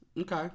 Okay